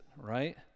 Right